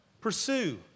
Pursue